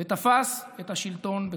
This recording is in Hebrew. ותפס את השלטון בכוח.